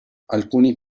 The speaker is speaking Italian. alcuni